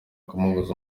kumubuza